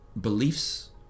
beliefs